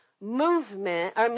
movement